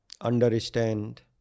understand